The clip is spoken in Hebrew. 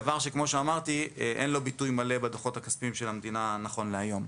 דבר שאין לו ביטוי מלא בדוחות הכספיים של המדינה נכון להיום.